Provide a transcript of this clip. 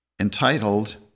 entitled